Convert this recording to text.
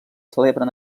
celebren